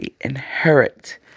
inherit